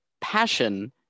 passion